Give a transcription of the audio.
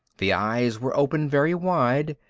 the eyes were open very wide.